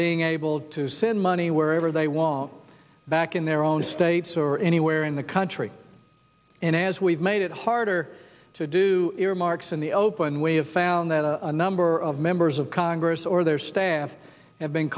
being able to send money wherever they want back in their own states or anywhere in the country and as we've made it harder to do earmarks in the open way have found that a number of members of congress or their staff have been